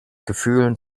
gefühlen